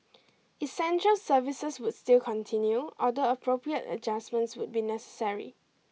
essential services would still continue although appropriate adjustments would be necessary